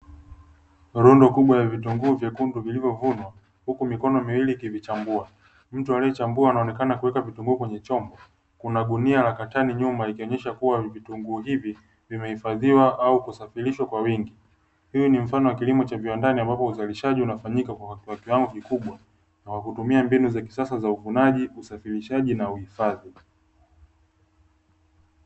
Rundo kubwa la vitunguu vyekundu vilivyovunwa, huku mikono miwili ikivichambua. Mtu anayechambua anaonekana kuweka vitunguu kenye chombo. Kuna gunia la katani nyuma ikionyesha kuwa vitunguu hivi vimehifadhiwa au kusafirishwa kwa wingi. Huu ni mfano wa kilimo cha viwandani ambapo uzalishaji unafanyika kwa kiwango kikubwa na kwa kutumia mbinu za kisasa za uvunaji, usafirishaji na uhifadhi.